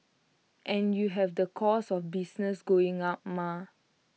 and you have the costs of business going up mah